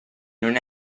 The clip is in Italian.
non